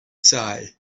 side